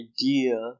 idea